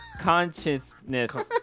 consciousness